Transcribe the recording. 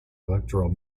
electoral